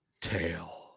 Tail